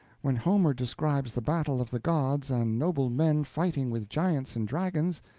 when homer describes the battle of the gods and noble men fighting with giants and dragons,